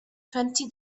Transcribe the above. twenty